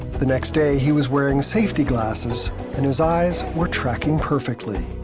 the next day he was wearing safety glasses and his eyes were tracking perfectly.